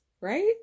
right